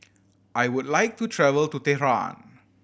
I would like to travel to Tehran